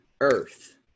earth